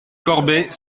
corbet